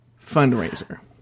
fundraiser